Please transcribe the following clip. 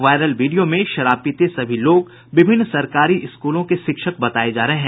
viral video में शराब पीते सभी लोग विभिन्न सरकारी स्कूलों के शिक्षक बताये जा रहे हैं